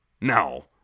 No